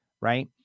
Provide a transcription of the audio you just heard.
right